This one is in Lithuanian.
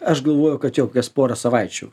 aš galvoju kad čia jau kas porą savaičių